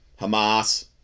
Hamas